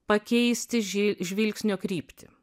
pakeisti ži žvilgsnio kryptį